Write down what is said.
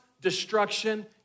destruction